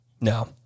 no